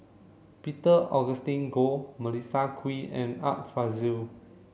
Peter Augustine Goh Melissa Kwee and Art Fazil